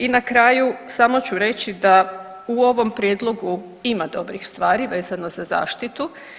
I na kraju samo ću reći da u ovom prijedlogu ima dobrih stvari vezano za zaštitu.